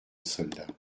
soldats